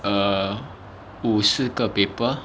err 五四个 paper